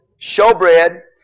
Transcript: showbread